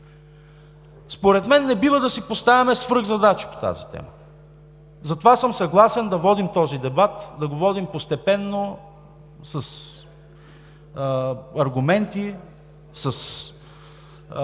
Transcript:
Според мен не бива да си поставяме свръхзадачи по тази тема, затова съм съгласен да водим такъв дебат – да го водим постепенно с аргументи, с